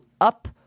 up